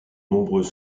nombreux